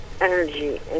energy